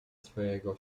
swojego